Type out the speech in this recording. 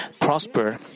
prosper